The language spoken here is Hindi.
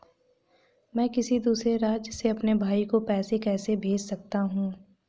मैं किसी दूसरे राज्य से अपने भाई को पैसे कैसे भेज सकता हूं?